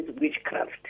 witchcraft